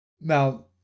Now